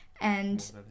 And-